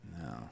No